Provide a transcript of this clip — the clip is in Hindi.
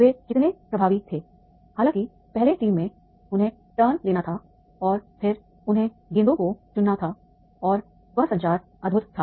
वे कितने प्रभावी थे हालाँकि पहली टीम में उन्हें टर्न लेना था और फिर उन्हें गेंदों को चुनना था और वह संचार अद्भुत था